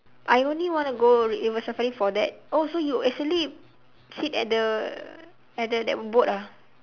I only want to go river-safari for that oh so you actually sit at the at the that boat ah